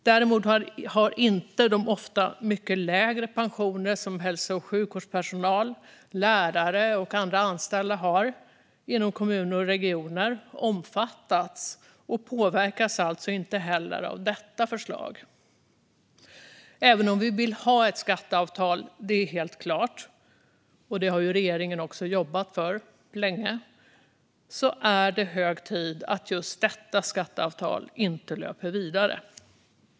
Däremot har de ofta mycket lägre pensioner som hälso och sjukvårdspersonal, lärare och andra anställda inom kommuner och regioner har inte omfattats av detta. De påverkas alltså inte heller av detta förslag. Även om vi vill ha ett skatteavtal - det är helt klart, och det har regeringen jobbat för länge - är det hög tid att just detta skatteavtal inte löper vidare.